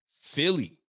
Philly